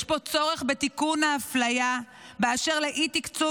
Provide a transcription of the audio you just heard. יש פה צורך בתיקון האפליה באשר לאי-תקצוב